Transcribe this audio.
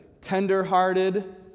tender-hearted